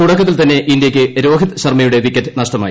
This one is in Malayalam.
തുടക്കത്തിൽ തന്നെ ഇന്ത്യയ്ക്ക് രോഹിത് ധർമ്മയുടെ വിക്കറ്റ് നഷ്ടമായി